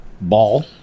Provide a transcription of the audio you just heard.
ball